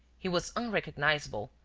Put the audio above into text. he was unrecognizable,